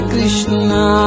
Krishna